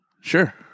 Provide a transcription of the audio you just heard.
Sure